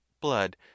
blood